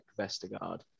Vestergaard